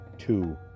two